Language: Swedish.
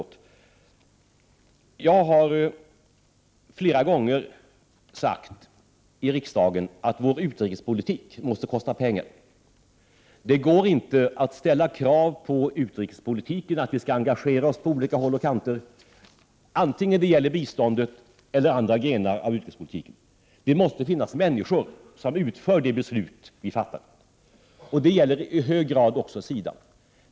Jag har flera gånger sagt i riksdagen att vår utrikespolitik måste kosta pengar. Det går inte att ställa krav på utrikespolitiken, att vi skall engagera oss överallt, antingen det gäller biståndet eller andra grenar av utrikespolitiken, om vi inte ser till att det finns människor som utför de beslut vi fattar. Det gäller i hög grad också SIDA.